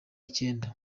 icyenda